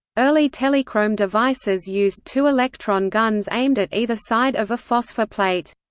early telechrome devices used two electron guns aimed at either side of a phosphor plate.